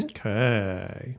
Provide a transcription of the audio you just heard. Okay